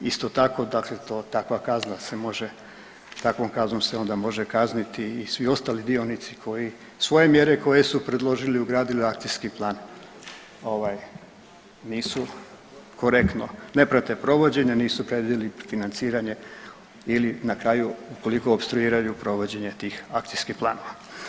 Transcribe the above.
Isto tako dakle to, takva kazna se može, takvom kaznom se onda može kazniti i svi ostali dionici koji svoje mjere koje su predložili, ugradili u akcijski plan ovaj nisu korektno, ne prate provođenje, nisu predvidjeli financiranje ili na kraju ukoliko opstruiraju provođenje tih akcijskih planova.